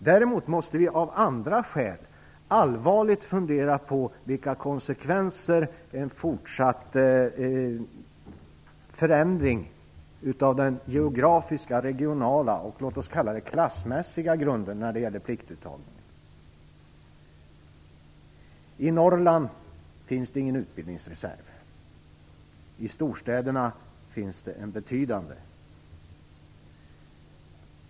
Däremot måste vi av andra skäl allvarligt fundera på konsekvenserna av en fortsatt förändring av den geografiska, regionala och klassmässiga grunden när det gäller pliktuttagningen. I Norrland finns det ingen utbildningsreserv. I storstäderna finns det en betydande sådan.